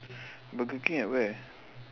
burger king at where